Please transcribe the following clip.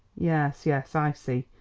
yes, yes i see.